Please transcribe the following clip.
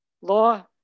law